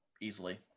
easily